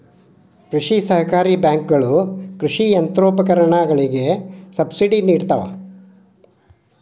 ಕೃಷಿ ಸಹಕಾರಿ ಬ್ಯಾಂಕುಗಳ ಕೃಷಿ ಯಂತ್ರೋಪಕರಣಗಳಿಗೆ ಸಬ್ಸಿಡಿ ನಿಡುತ್ತವೆ